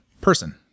person